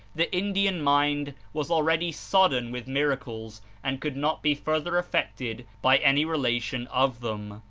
the indian mind was already sodden with miracles and could not be further affected by any relation of them.